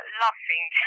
laughing